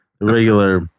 regular